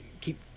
keep